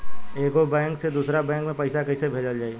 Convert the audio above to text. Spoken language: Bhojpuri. एगो बैक से दूसरा बैक मे पैसा कइसे भेजल जाई?